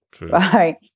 Right